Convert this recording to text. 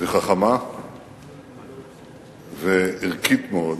וחכמה וערכית מאוד.